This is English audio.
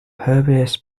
herbaceous